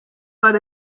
but